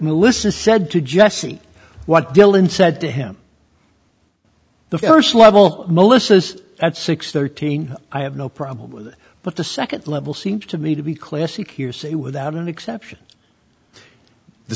melissa said to jesse what dylan said to him the first level of melissa's at six thirteen i have no problem with it but the second level seems to me to be classic hearsay without exception the